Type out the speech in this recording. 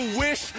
wish